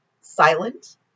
silent